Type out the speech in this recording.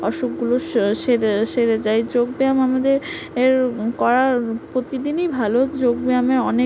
অসুকগুলো সেরে সেরে যায় যোগ ব্যায়াম আমাদের এর করা প্রতিদিনই ভালো যোগ ব্যায়ামের অনেক